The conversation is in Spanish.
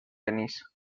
denis